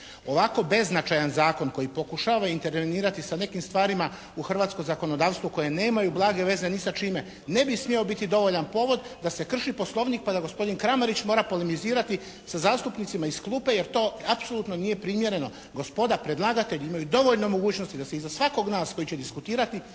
Ovako beznačajan zakon koji pokušava intervenirati sa nekim stvarima u hrvatsko zakonodavstvo koje nemaju blage veze ni sa čime ne bi smio dovoljan povod da se krši poslovnik pa da gospodin Kramarić mora polemizirati sa zastupnicima iz klupe jer to apsolutno nije primjereno. Gospoda predlagatelji imaju dovoljno mogućnosti da se iza svakog od nas koji će diskutirati